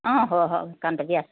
অঁ হ'ব হ'ব কণ্টেকে আছে